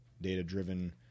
Data-driven